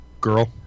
girl